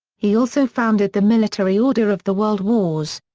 he also founded the military order of the world wars.